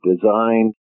designed